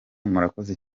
murakoze